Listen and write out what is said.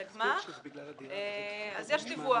לגמ"ח, יש דיווח.